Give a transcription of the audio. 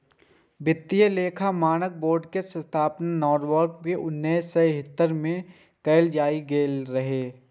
वित्तीय लेखा मानक बोर्ड के स्थापना नॉरवॉक मे उन्नैस सय तिहत्तर मे कैल गेल रहै